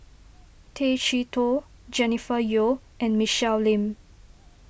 Tay Chee Toh Jennifer Yeo and Michelle Lim